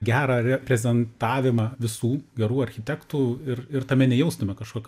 gerą reprezentavimą visų gerų architektų ir ir tame nejaustume kažkokio